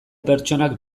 pertsonak